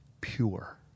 pure